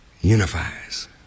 unifies